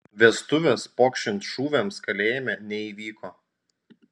vestuvės pokšint šūviams kalėjime neįvyko